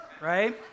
right